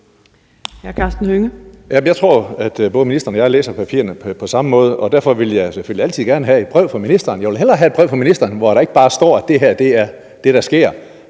Jeg tror, at både ministeren og jeg læser papirerne på samme måde – og jeg vil selvfølgelig altid gerne have et brev fra ministeren. Men jeg vil hellere have et brev fra ministeren, hvor der ikke bare står, at det her er det, der sker,